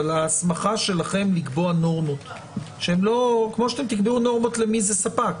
אבל ההסמכה שלכם לקבוע נורמות כמו שאתם תקבעו נורמות למי זה ספק,